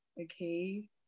okay